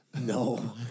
No